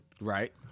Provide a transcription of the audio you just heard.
right